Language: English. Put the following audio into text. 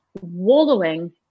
Wallowing